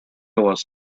was